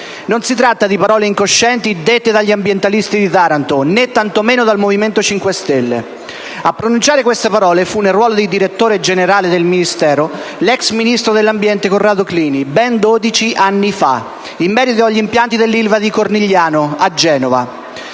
non si tratta di parole incoscienti dette dagli ambientalisti di Taranto, né tanto meno dal Movimento 5 Stelle. A pronunciare queste parole fu, nel ruolo di direttore generale del Ministero, l'ex ministro dell'ambiente Corrado Clini ben dodici anni fa, in merito agli impianti dell'Ilva di Cornigliano a Genova.